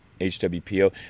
HWPO